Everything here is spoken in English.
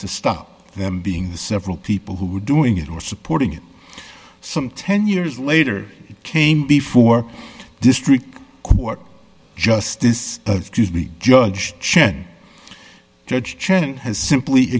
to stop them being the several people who were doing it or supporting it some ten years later came before district court justice league judge chen judge has simply